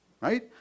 right